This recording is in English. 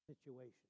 situation